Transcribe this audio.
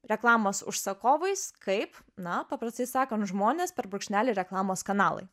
reklamos užsakovais kaip na paprastai sakan žmonės per brūkšnelį reklamos kanalai